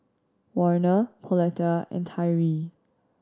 Warner Pauletta and Tyree